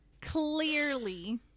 Clearly